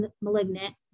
malignant